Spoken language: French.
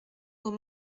aux